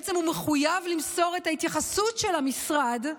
שבעצם הוא מחויב למסור את ההתייחסות של המשרד.